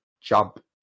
jump